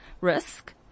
risk